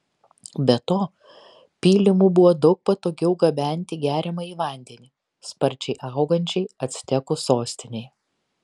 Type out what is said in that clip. be to pylimu buvo daug patogiau gabenti geriamąjį vandenį sparčiai augančiai actekų sostinei